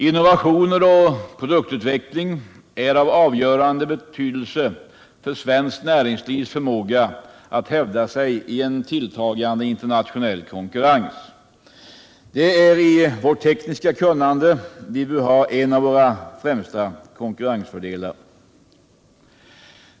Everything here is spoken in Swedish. Innovationer och produktutveckling är av avgörande betydelse för svenskt näringslivs förmåga att hävda sig i en tilltagande internationell konkurrens. Det är i vårt tekniska kunnande vi bör ha en av våra främsta konkurrensfördelar.